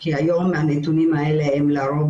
בזמנו הכנו הכשרה של 40 שעות והעברנו אותה